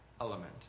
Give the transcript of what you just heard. element